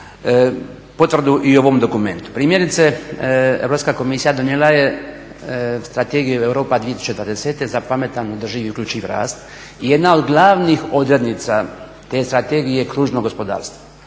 potvrdu i o ovom dokumentu. Primjerice, Europska komisija donijela je Strategiju Europa 2020. za pametan održiv i uključiv rast i jedna od glavnih odrednica te strategije je kružno gospodarstvo.